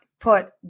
put